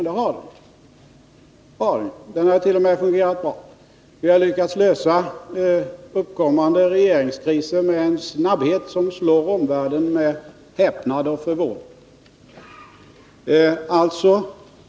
Jo, det har den. Den har t.o.m. fungerat bra. Vi har lyckats lösa uppkommande regeringskriser med en snabbhet som slår omvärlden med häpnad och förvåning.